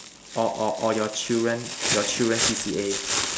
or or or your children your children C_C_A